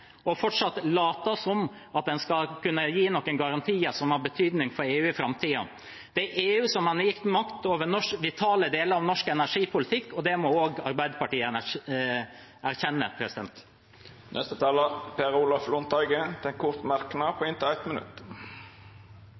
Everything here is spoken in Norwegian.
later fortsatt som om en skal kunne gi noen garantier som har betydning for EU i framtiden. En har gitt makt til EU over vitale deler av norsk energipolitikk, og det må også Arbeiderpartiet erkjenne. Per Olaf Lundteigen har hatt ordet to gonger tidlegare og får ordet til ein kort merknad, avgrensa til 1 minutt. Representanten Barth Eide mente at EUs lovgivning på